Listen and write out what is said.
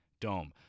dome